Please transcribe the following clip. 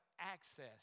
access